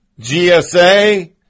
GSA